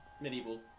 medieval